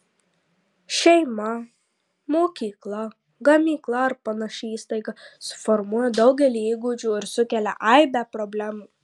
šeima mokykla gamykla ar panaši įstaiga suformuoja daugelį įgūdžių ir sukelia aibę problemų